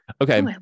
Okay